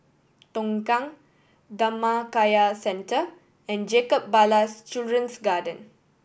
Tongkang Dhammakaya Centre and Jacob Ballas Children's Garden